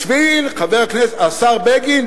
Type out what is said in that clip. השר בגין,